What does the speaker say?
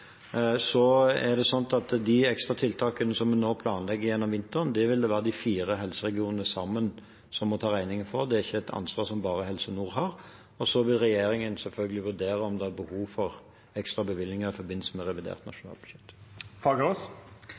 De ekstra tiltakene som en nå planlegger gjennom vinteren, vil det være de fire helseregionene sammen som må ta regningen for. Det er ikke et ansvar som bare Helse Nord har. Så vil regjeringen selvfølgelig vurdere om det er behov for ekstra bevilgninger i forbindelse med revidert nasjonalbudsjett.